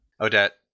Odette